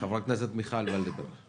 חברת הכנסת מיכל וולדיגר, בבקשה.